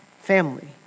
family